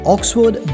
Oxford